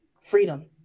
Freedom